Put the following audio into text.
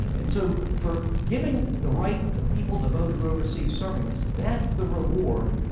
and so for giving the right to people to vote who overseas serving us, that's the reward,